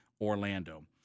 Orlando